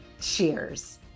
Cheers